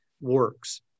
works